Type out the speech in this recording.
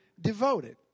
devoted